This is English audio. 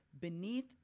Beneath